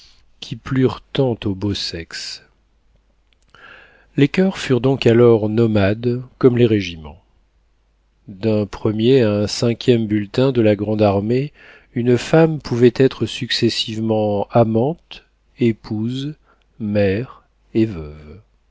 qui plurent tant au beau sexe les coeurs furent donc alors nomades comme les régiments d'un premier à un cinquième bulletin de la grande-armée une femme pouvait être successivement amante épouse mère et veuve